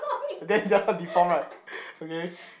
then that one deform right okay